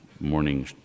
morning